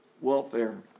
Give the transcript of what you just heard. welfare